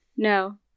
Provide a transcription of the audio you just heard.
No